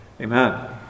amen